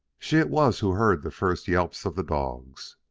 she it was who heard the first yelps of the dogs.